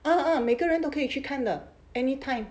uh uh 每个人都可以去看的 anytime